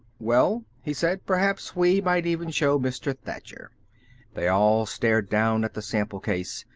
well? he said. perhaps we might even show mr. thacher. they all stared down at the sample case.